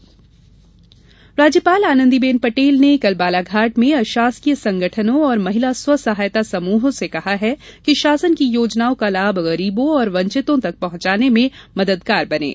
राज्यपाल राज्यपाल आनंदीबेन पटेल ने कल बालाघाट में अशासकीय संगठनों और महिला स्व सहायता समूहों से कहा कि शासन की योजनाओं का लाभ गरीबों और वंचितों तक पहुँचाने में मददगार बनें